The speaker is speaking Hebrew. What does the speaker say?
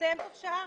הסתיים תוך שעה.